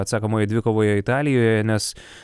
atsakomojoje dvikovoje italijoje nes